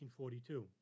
1942